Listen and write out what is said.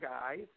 guys